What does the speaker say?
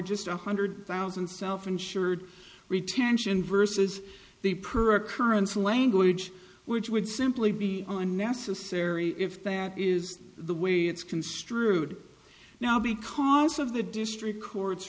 just one hundred thousand self insured retention versus the perp koreans language which would simply be unnecessary if that is the way it's construed now because of the district court